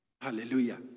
Hallelujah